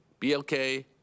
BLK